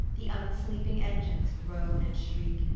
the unsleeping engines groan and shriek,